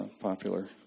popular